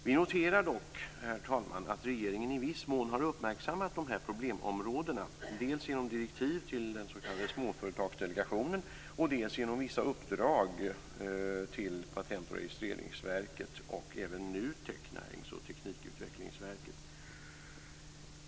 Vi noterar dock, herr talman, att regeringen i viss mån har uppmärksammat dessa problemområden dels genom direktiv till den s.k. småföretagardelegationen, dels genom vissa uppdrag till Patent och registreringsverket och även NUTEK - Närings och teknikutvecklingsverket.